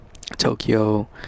Tokyo